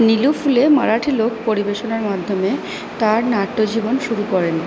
নীলু ফুলে মারাঠি লোক পরিবেশনার মাধ্যমে তার নাট্যজীবন শুরু করেন